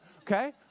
Okay